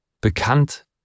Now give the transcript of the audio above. bekannt